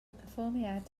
perfformiad